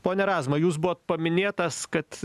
pone razma jūs buvot paminėtas kad